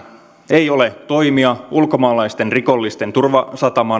ei ole toimia ulkomaalaisten rikollisten turvasatamana